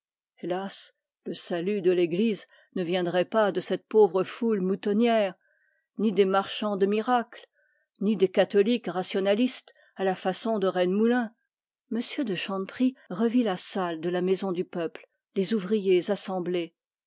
hélas le salut de l'église ne viendrait pas de cette pauvre foule moutonnière ni des marchands de miracles ni des catholiques à la façon de rennemoulin m de chanteprie revit la salle de la maison du peuple les ouvriers assemblés